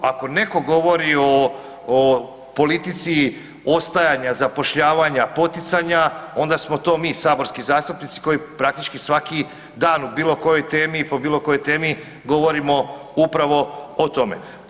Ako netko govori o politici, ostajanja, zapošljavanja, poticanja, onda smo to mi, saborski zastupnici koji praktički svaki dan o bilo kojoj temi i po bilo kojoj temi govorimo upravo o tome.